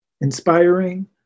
inspiring